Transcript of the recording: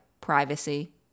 privacy—